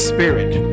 Spirit